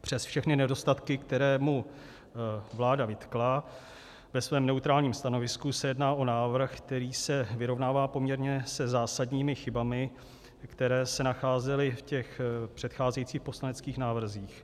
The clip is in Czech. Přes všechny nedostatky, které mu vláda vytkla ve svém neutrálním stanovisku, se jedná o návrh, který se vyrovnává s poměrně zásadními chybami, které se nacházely v těch předcházejících poslaneckých návrzích.